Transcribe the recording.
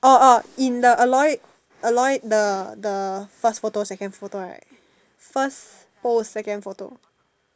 orh orh in the Aloy Aloy the the first photo second photo right first post second photo